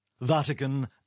Vatican